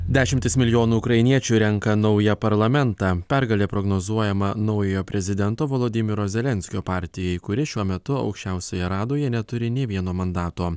dešimtys milijonų ukrainiečių renka naują parlamentą pergalė prognozuojama naujojo prezidento volodymyro zelenskio partijai kuri šiuo metu aukščiausioje radoje neturi nei vieno mandato